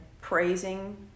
praising